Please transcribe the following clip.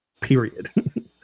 Period